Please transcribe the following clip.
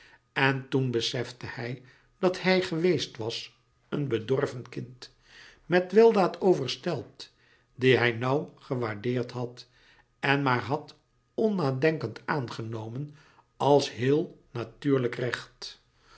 en toen besefte hij dat hij geweest was een bedorven kind met weldaad overstelpt die hij nauw gewaardeerd had en maar had onnadenkend aangenomen als heel natuurlijk recht